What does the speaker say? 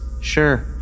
Sure